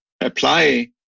apply